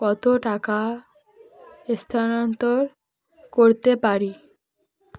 কত টাকা স্থানান্তর করতে পারি